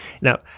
Now